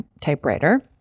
typewriter